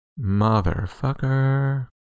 Motherfucker